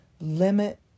Limit